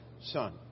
son